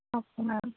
okay ma'am